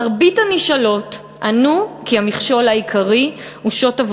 מרבית הנשאלות ענו כי המכשול העיקרי הוא שעות